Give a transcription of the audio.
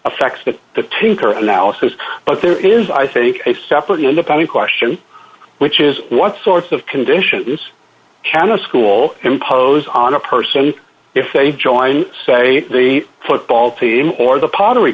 affects that the tinkerer analysis but there is i think a separate independent question which is what sorts of conditions can a school impose on a person if they join say the football team or the pottery